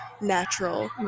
natural